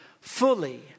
Fully